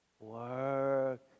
work